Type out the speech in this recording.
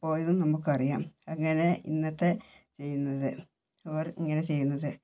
പോയതും നമക്കറിയാം അങ്ങനെ ഇന്നത്തെ ചെയ്യുന്നത് അവർ ഇങ്ങനെ ചെയ്യുന്നത്